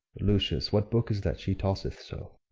lucius, what book is that she tosseth so?